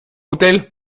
hotel